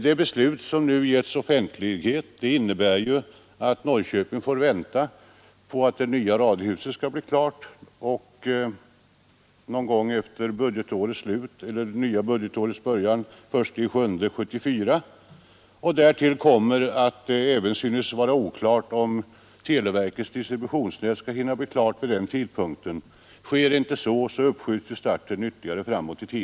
Det beslut som nu offentliggjorts innebär att Norrköping får vänta på att det nya radiohuset blir klart någon gång efter nästa budgetårs slut eller det därpå följande budgetårets början den 1 juli 1974. Därtill kommer att det även synes vara oklart om televerkets distributionsnät skall hinna bli klart till den tidpunkten. Sker inte det uppskjuts starten ytterligare.